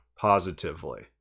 positively